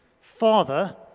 Father